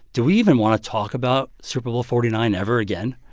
do we even want to talk about super bowl forty nine ever again?